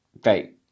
Great